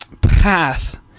path